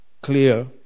clear